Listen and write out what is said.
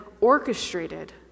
orchestrated